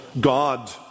God